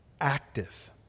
active